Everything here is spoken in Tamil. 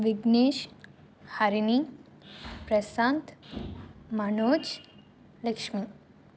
விக்னேஷ் ஹரிணி பிரசாந்த் மனோஜ் லக்ஷ்மி